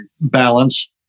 balance